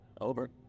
Over